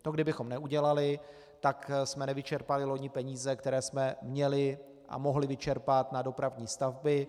To kdybychom neudělali, tak jsme nevyčerpali loni peníze, které jsme měli a mohli vyčerpat na dopravní stavby.